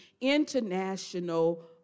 International